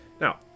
Now